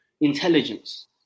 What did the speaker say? intelligence